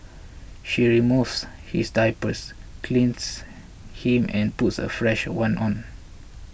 she removes his diaper cleans him and puts a fresh one on